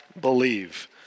believe